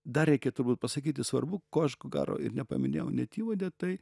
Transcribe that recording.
dar reikia turbūt pasakyti svarbu ko aš ko gero ir nepaminėjau net įvade tai